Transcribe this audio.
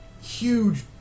huge